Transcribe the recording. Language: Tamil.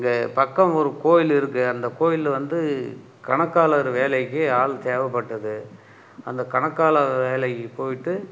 இங்கே பக்கம் ஒரு கோயில் இருக்கு அந்த கோயிலில் வந்து கணக்காளர் வேலைக்கு ஆள் தேவைப்பட்டது அந்த கணக்காளர் வேலைக்கு போயிவிட்டு